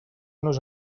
nos